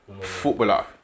footballer